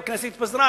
הכנסת התפזרה,